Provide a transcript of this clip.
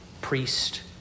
priest